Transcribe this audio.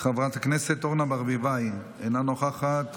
חברת הכנסת אורנה ברביבאי, אינה נוכחת.